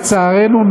לצערנו,